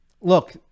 look